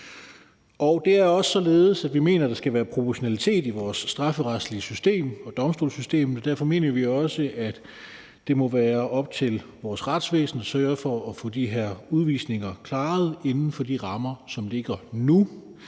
Det er også således, at vi mener, at der skal være proportionalitet i vores strafferetlige system og domstolssystem, og derfor mener vi også, at det må være op til vores retsvæsen at sørge for at få de her udvisninger klaret inden for de rammer, som ligger nu.